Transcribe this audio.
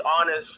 honest